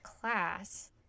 class